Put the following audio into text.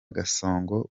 gasongo